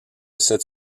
cette